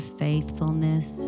faithfulness